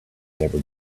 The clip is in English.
never